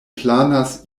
planas